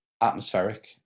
atmospheric